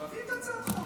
תביאי את הצעת החוק.